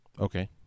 Okay